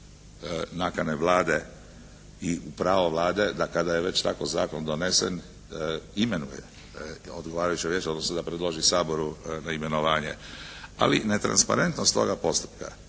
nakane Vlade i pravo Vlade da kada je već tako zakon donesen imenuje odgovarajuće Vijeće odnosno da predloži Saboru na imenovanje, ali netransparentnost toga postupka,